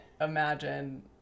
imagine